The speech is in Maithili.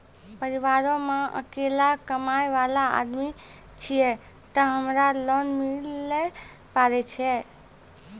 परिवारों मे अकेलो कमाई वाला आदमी छियै ते हमरा लोन मिले पारे छियै?